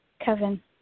Kevin